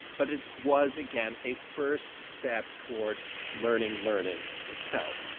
but it was again a first step towards learning, learning itself.